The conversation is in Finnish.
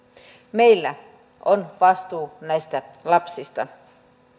meillä on vastuu näistä lapsista